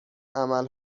عمل